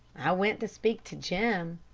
i went to speak to jim.